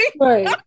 right